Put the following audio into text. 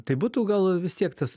tai būtų gal vis tiek tas